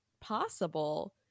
possible